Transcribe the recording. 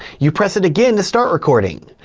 you press it again to start recording,